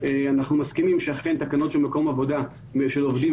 אנחנו מסכימים שאכן תקנות של מקום עבודה של עובדים